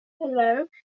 Hello